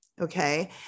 Okay